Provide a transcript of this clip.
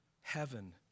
heaven